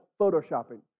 Photoshopping